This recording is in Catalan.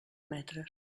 metres